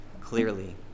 clearly